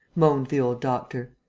moaned the old doctor.